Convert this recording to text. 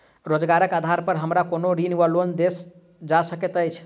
रोजगारक आधार पर हमरा कोनो ऋण वा लोन देल जा सकैत अछि?